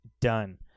Done